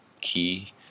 key